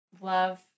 Love